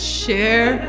share